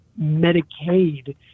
Medicaid